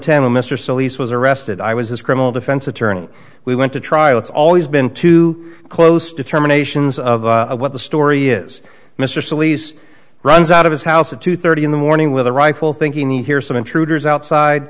when mr soltys was arrested i was his criminal defense attorney we went to trial it's always been too close to terminations of what the story is mr sillies runs out of his house at two thirty in the morning with a rifle thinking you hear some intruders outside